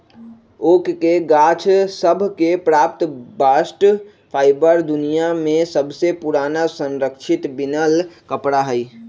oak के गाछ सभ से प्राप्त बास्ट फाइबर दुनिया में सबसे पुरान संरक्षित बिनल कपड़ा हइ